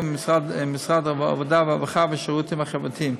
עם משרד העבודה והרווחה והשירותים החברתיים.